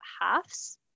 halves